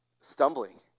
stumbling